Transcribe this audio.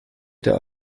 der